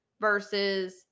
versus